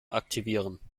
aktivieren